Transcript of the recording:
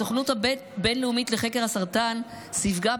הסוכנות הבין-לאומית לחקר הסרטן סיווגה